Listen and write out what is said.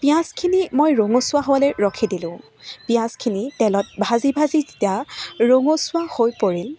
পিঁয়াজখিনি মই ৰঙচুৱা হোৱলৈ ৰখি দিলোঁ পিঁয়াজখিনি তেলত ভাজি ভাজি যেতিয়া ৰঙচুৱা হৈ পৰিল